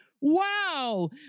wow